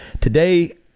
Today